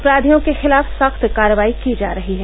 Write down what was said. अपराधियों के खिलाफ सख्त कार्रवाई की जा रही है